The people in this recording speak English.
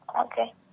Okay